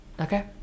Okay